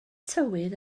tywydd